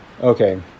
Okay